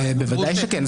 בוודאי שכן,